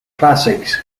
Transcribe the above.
classics